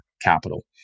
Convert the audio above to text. Capital